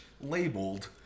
labeled